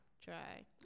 try